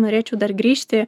norėčiau dar grįžti